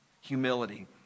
Humility